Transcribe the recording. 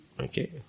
Okay